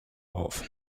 auf